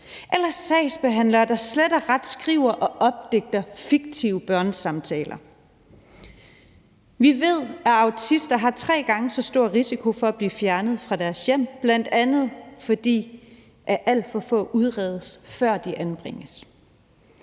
eller sagsbehandlere, der slet og ret skriver og opdigter fiktive børnesamtaler. Vi ved, at autister har tre gange så stor risiko for at blive fjernet fra deres hjem, bl.a. fordi alt for få udredes, før de anbringes.